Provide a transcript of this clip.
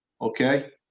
Okay